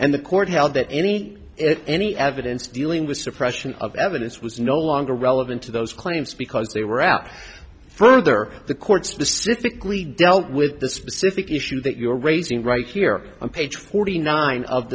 and the court held that any any evidence dealing with suppression of evidence was no longer relevant to those claims because they were out further the court specific lee dealt with the specific issue that you are raising right here on page forty nine of